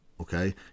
okay